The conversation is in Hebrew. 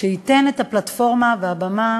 שייתן את הפלטפורמה והבמה